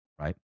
right